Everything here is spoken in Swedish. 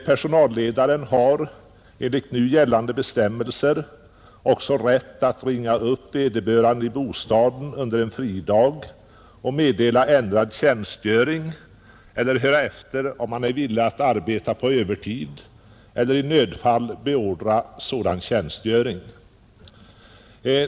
Personalledaren har enligt nu gällande bestämmelser också rätt att ringa upp vederbörande i bostaden under en fridag och meddela ändrad tjänstgöring eller höra efter, om han är villig att arbeta på övertid, eller i nödfall beordra sådan tjänstgöring.